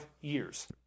years